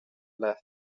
left